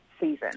season